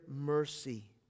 mercy